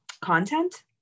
content